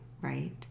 right